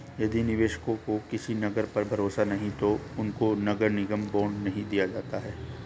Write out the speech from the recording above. यदि निवेशकों को किसी नगर पर भरोसा नहीं है तो उनको नगर निगम बॉन्ड नहीं दिया जाता है